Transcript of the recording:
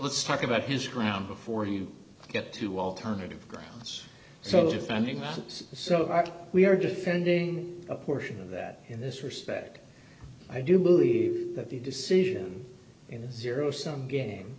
let's talk about his crown before you get to alternative grounds so defending us so we are just spending a portion of that in this respect i do believe that the decision in a zero sum game